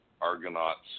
Argonauts